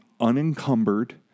unencumbered